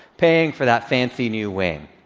paying for that fancy new wing.